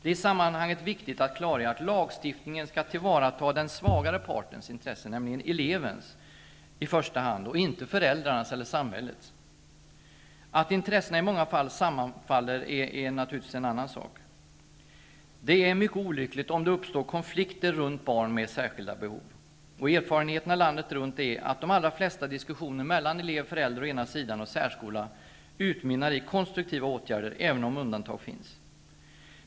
Det är i sammanhanget viktigt att klargöra att lagstiftningen i första hand skall tillvarata den svagare partens intressen, nämligen elevens, inte föräldrarnas eller samhällets. Att intressena i många fall sammanfaller är naturligtvis en annan sak. Det är mycket olyckligt om det uppstår konflikter runt barn med särskilda behov. Erfarenheterna landet runt är att de allra flesta diskussioner mellan elev och föräldrar å ena sidan och särskola å den andra utmynnar i konstruktiva åtgärder, även om undantag finns.